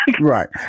Right